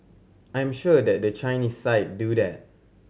I'm sure that the Chinese side do that